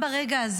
תודה רבה,